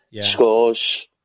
scores